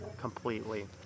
completely